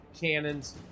cannons